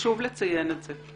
שוב לציין את זה.